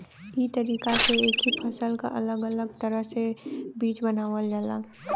ई तरीका से एक ही फसल के अलग अलग तरह के बीज बनावल जाला